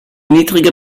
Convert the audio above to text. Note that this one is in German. niedrige